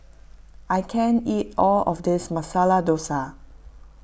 I can't eat all of this Masala Dosa